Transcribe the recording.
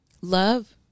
Love